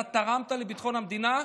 אתה תרמת לביטחון המדינה,